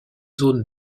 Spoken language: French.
zones